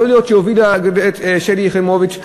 יכול להיות שהובילה שלי יחימוביץ,